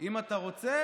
אם אתה רוצה,